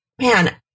man